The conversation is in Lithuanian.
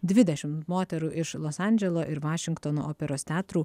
dvidešimt moterų iš los andželo ir vašingtono operos teatrų